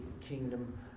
kingdom